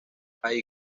ahí